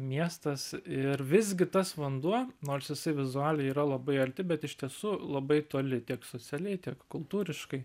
miestas ir visgi tas vanduo nors jisai vizualiai yra labai arti bet iš tiesų labai toli tiek socialiai tiek kultūriškai